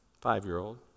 Five-year-old